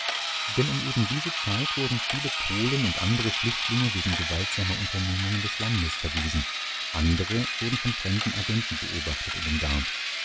denn um ebendiese zeit wurden viele polen und andere flüchtlinge wegen gewaltsamer unternehmungen des landes verwiesen andere wurden von fremden agenten beobachtet und umgarnt